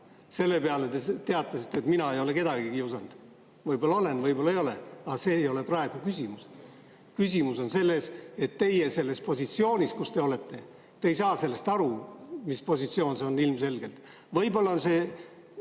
Selle peale te teatasite, et mina ei ole kedagi kiusanud. Võib-olla olen, võib-olla ei ole, aga see ei ole praegu küsimus. Küsimus on selles, et teie selles positsioonis, kus te olete, ei saa sellest aru, mis positsioon see on – ilmselgelt. Võib-olla on põhjus